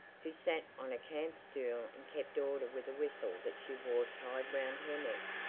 who sat on a camp-stool and kept order with a whistle that she wore tied round her neck,